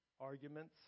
arguments